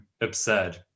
absurd